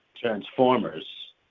Transformers